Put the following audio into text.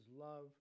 love